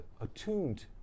attuned